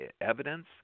evidence